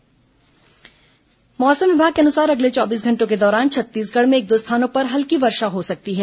मौसम मौसम विभाग के अनुसार अगले चौबीस घंटों के दौरान छत्तीसगढ़ में एक दो स्थानों पर हल्की वर्षा हो सकती है